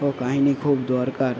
ও কাহিনি খুব দরকার